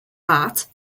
art